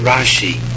Rashi